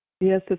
Yes